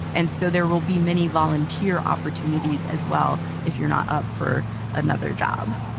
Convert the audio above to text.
and so there will be many volunteer opportunities as well. if you're not up for another job.